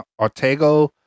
Ortego